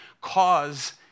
cause